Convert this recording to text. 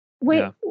wait